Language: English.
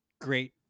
great